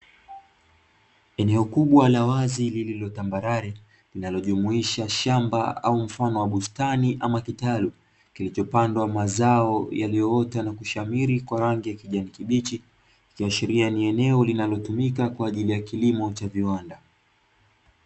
Eneo kubwa la wazi lililo tambarare, linalojumuisha shamba au bustani ama kutalu kilicho pandwa mazao yaliyoota na kushamiri rangi ya kijani kibichi ikiashiriaViwanda.